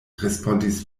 respondis